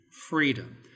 freedom